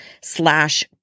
slash